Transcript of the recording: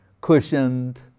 cushioned